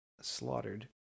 slaughtered